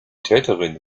täterin